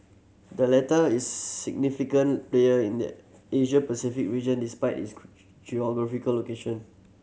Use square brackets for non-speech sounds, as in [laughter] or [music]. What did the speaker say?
the latter is a significant player in the Asia Pacific region despite its [unintelligible] geographical location